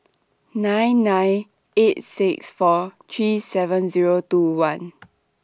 nine nine eight six four three seven Zero two one